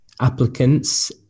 applicants